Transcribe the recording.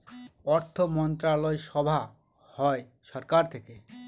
অর্থমন্ত্রণালয় সভা হয় সরকার থেকে